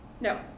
No